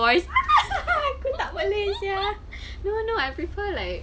aku tak boleh sia no no I prefer like